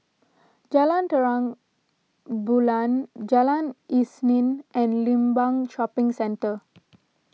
Jalan Terang Bulan Jalan Isnin and Limbang Shopping Centre